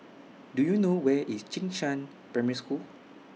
Do YOU know Where IS Jing Shan Primary School